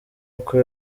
uko